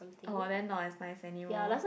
oh then not as nice anymore